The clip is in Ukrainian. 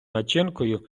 начинкою